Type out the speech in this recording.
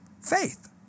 Faith